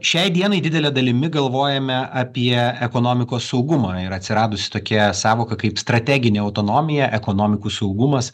šiai dienai didele dalimi galvojame apie ekonomikos saugumą ir atsiradus tokia sąvoka kaip strateginė autonomija ekonomikų saugumas